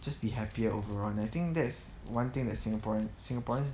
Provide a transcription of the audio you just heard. just be happier overall I think that's one thing that singaporeans singaporeans